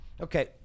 Okay